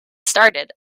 started